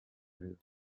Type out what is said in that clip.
période